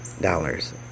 dollars